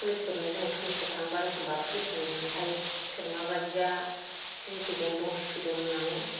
पुलिसफोरनो जों पुलिसफोर थांबा एखनबा जों पुलिसफोरनो खिन्थायो सोर मा बायदिया सिगिफैदों धमकि होफैदों होन्नानै